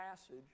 passage